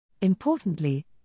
Importantly